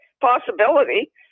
possibility